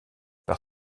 par